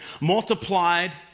multiplied